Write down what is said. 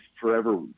forever